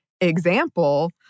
example